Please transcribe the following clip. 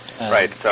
Right